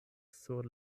sur